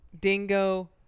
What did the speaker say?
dingo